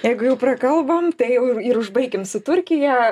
jeigu jau prakalbom tai jau ir ir užbaikim su turkija